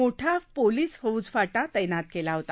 मोठा पोलिस फौजफाटा तैनात केला होता